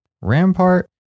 rampart